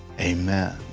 amen.